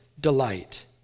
delight